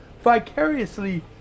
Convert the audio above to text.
vicariously